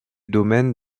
domaine